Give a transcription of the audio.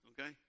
Okay